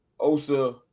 Osa